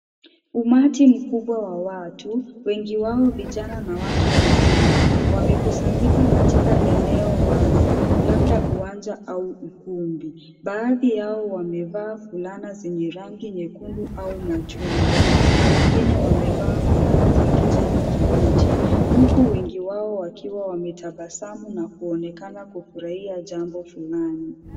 Umati mkubwa wa watu, wengi wao vijana na watu wazima, wamekusanyika katika eneo wazi labda uwanja au ukumbi. Baadhi yao wamevaa fulana zenye rangi nyekundu au machungwa na wengine wamevaa fulana za kijani kibichi huku wengi wao wakiwa wametabasamu na kuonekana kufurahia jambo fulani.